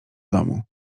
domu